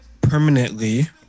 permanently